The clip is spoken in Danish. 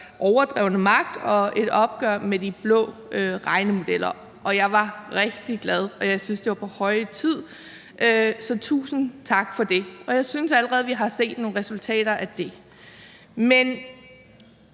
overdrevne magt og et opgør med de blå regnemodeller, og jeg var rigtig glad, og jeg syntes, det var på høje tid. Så tusind tak for det, og jeg synes allerede, vi har set nogle resultater af det. Men